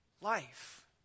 life